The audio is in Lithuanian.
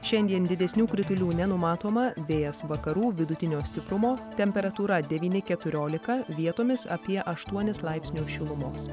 šiandien didesnių kritulių nenumatoma vėjas vakarų vidutinio stiprumo temperatūra devyni keturiolika vietomis apie aštuonis laipsnius šilumos